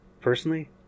personally